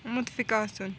مُتفِق آسُن